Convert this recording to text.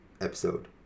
episode